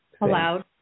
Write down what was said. Allowed